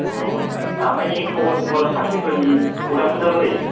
अ' दामाइनि खबर सबर साख्रिफोरनि खौरांफ्रा बोरै